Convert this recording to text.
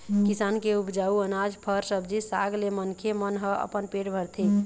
किसान के उपजाए अनाज, फर, सब्जी साग ले मनखे मन ह अपन पेट भरथे